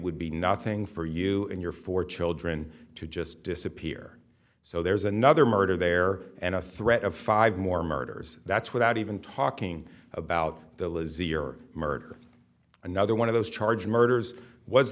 would be nothing for you and your four children to just disappear so there's another murder there and a threat of five more murders that's without even talking about the lizzie or murder another one of those charged murders was